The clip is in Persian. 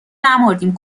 نمردیم